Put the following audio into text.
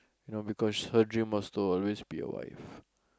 you know because her dream was to always be a wife